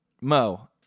Mo